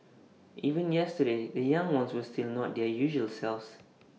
even yesterday the young ones were still not their usual selves